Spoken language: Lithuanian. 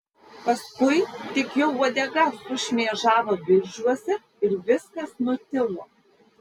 paskui tik jo uodega sušmėžavo viržiuose ir viskas nutilo